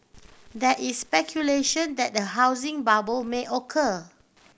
there is speculation that a housing bubble may occur